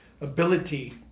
ability